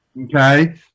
Okay